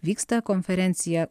vyksta konferencija